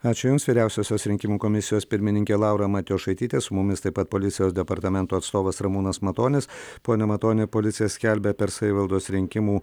ačiū jums vyriausiosios rinkimų komisijos pirmininkė laura matijošaitytė su mumis taip pat policijos departamento atstovas ramūnas matonis pone matoni policija skelbia per savivaldos rinkimų